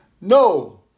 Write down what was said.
No